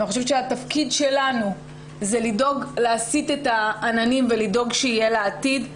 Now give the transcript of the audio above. אני חושבת שהתפקיד שלנו זה להסיט את העננים ולדאוג שיהיה לה עתיד.